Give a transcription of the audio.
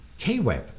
Kweb